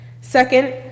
second